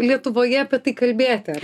lietuvoje apie tai kalbėti ar